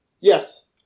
Yes